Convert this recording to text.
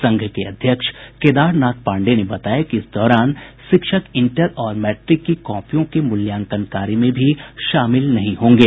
संघ के अध्यक्ष केदार नाथ पाण्डेय ने बताया कि इस दौरान शिक्षक इंटर और मैट्रिक की कॉपियों के मूल्यांकन कार्य में भी शामिल नहीं होंगे